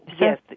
Yes